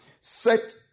Set